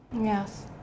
Yes